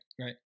right